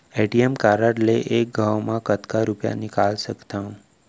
ATM card ले एक घव म कतका रुपिया निकाल सकथव?